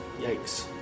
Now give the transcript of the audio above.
Yikes